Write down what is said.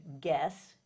Guess